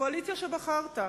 קואליציה שבחרת,